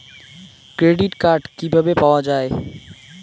Credit card কিভাবে পাওয়া য়ায়?